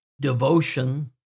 devotion